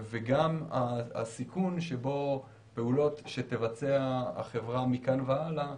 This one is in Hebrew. והסיכון שבו פעולות שתבצע החברה מכאן והלאה,